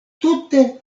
tute